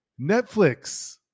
Netflix